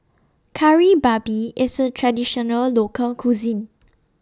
Kari Babi IS A Traditional Local Cuisine